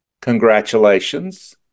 Congratulations